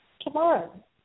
tomorrow